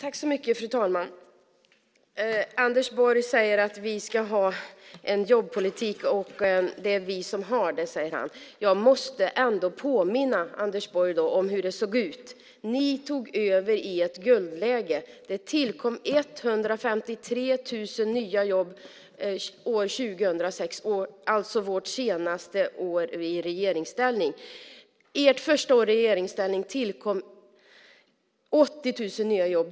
Fru talman! Anders Borg säger att ni har en jobbpolitik. Jag måste ändå påminna Anders Borg om hur det såg ut. Ni tog över i ett guldläge. Det tillkom 153 000 nya jobb år 2006 - alltså vårt sista år i regeringsställning. Under ert första år i regeringsställning tillkom 80 000 nya jobb.